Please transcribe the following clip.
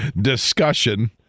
discussion